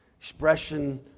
expression